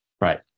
Right